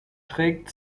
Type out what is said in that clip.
trägt